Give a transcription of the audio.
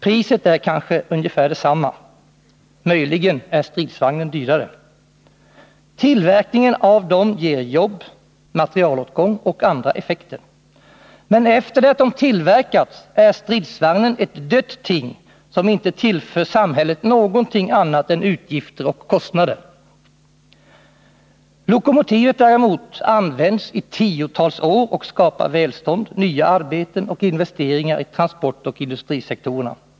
Priset är kanske ungefär detsamma, möjligen är stridsvagnen dyrare. Tillverkningen av dem ger jobb samt leder till materialåtgång och andra effekter. Men efter det att de har tillverkats är stridsvagnen ett dött ting, som inte tillför samhället någonting annat än utgifter och kostnader. Lokomotivet däremot används i tiotals år och skapar välstånd, nya arbeten och investeringar i transportoch industrisektorerna.